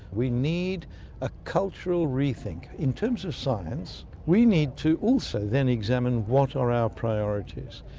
we need a cultural rethink. in terms of science we need to also then examine what our our priorities